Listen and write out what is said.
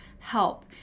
help